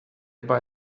boy